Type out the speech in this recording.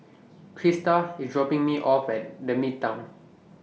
Crista IS dropping Me off At The Midtown